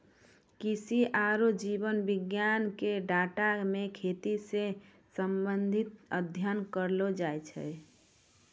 कृषि आरु जीव विज्ञान के डाटा मे खेती से संबंधित अध्ययन करलो जाय छै